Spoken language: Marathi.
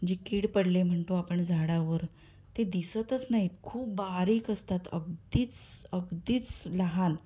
जी कीड पडले म्हणतो आपण झाडावर ते दिसतच नाहीत खूप बारीक असतात अगदीच अगदीच लहान